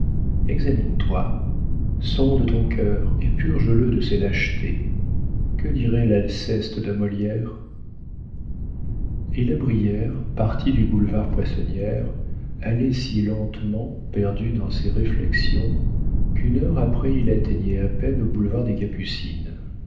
pensée examine toi sonde ton cœur et purge le de ses lâchetés que dirait l'alceste de molière et la brière parti du boulevard poissonnière allait si lentement perdu dans ses réflexions qu'une heure après il atteignait à peine au boulevard des capucines